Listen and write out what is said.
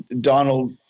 donald